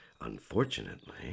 Unfortunately